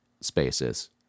spaces